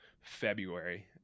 February